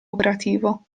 operativo